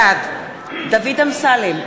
בעד דוד אמסלם,